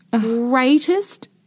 Greatest